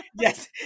Yes